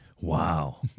Wow